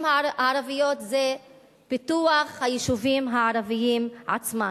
הערביות זה פיתוח היישובים הערביים עצמם,